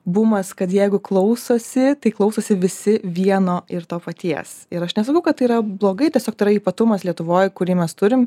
bumas kad jeigu klausosi tai klausosi visi vieno ir to paties ir aš nesakau kad tai yra blogai tiesiog tai yra ypatumas lietuvoj kurį mes turim